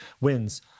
wins